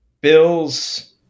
Bill's –